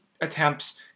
attempts